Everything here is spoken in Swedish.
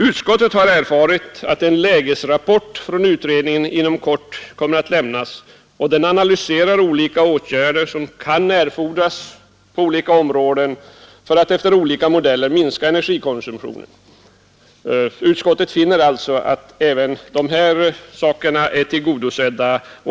Utskottet har erfarit att en lägesrapport från utredningen inom kort kommer att lämnas, och i den analyseras olika åtgärder som kan erfordras på olika områden för att efter olika modeller minska energikonsumtionen. Utskottet finner alltså att även dessa önskemål är tillgodosedda.